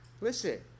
listen